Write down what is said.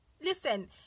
Listen